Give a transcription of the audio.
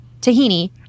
tahini